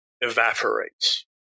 Evaporates